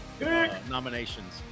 nominations